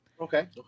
Okay